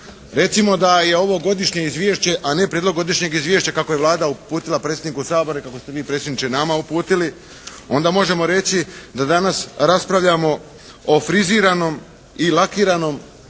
Recimo da je ovo godišnje izvješće, a ne prijedlog godišnjeg izvješća kako je Vlada uputila predsjedniku Sabora i kako ste vi predsjedniče nama uputili, onda možemo reći da danas raspravljamo o friziranom i lakiranom